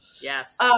Yes